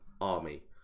army